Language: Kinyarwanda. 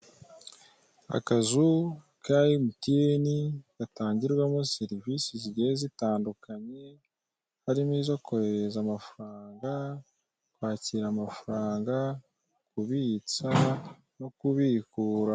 Akazu ka MTN gatangirwamo serivisi zigiye zitandukanye, harimo izo kohereza amafaranga, kwakira amafaranga, kubitsa no kubikura.